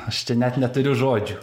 aš čia net neturiu žodžių